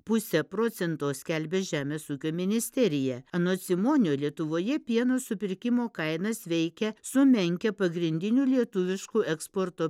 puse procento skelbia žemės ūkio ministerija anot simonio lietuvoje pieno supirkimo kainas veikia sumenkę pagrindinių lietuviškų eksporto